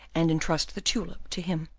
and intrust the tulip to him.